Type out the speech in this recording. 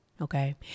Okay